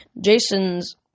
Jason's-